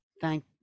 Thank